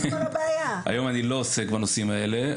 היום אני לא עוסק בנושאים האלה,